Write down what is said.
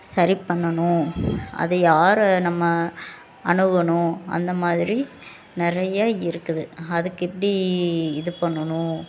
சரி பண்ணணும் அதை யாரை நம்ம அணுகணும் அந்த மாதிரி நிறைய இருக்குது அதுக்கு எப்படி இது பண்ணணும்